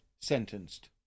Sentenced